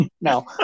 No